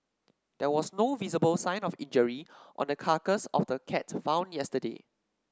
there was no visible sign of injury on the carcass of the cat found yesterday